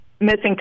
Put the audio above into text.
missing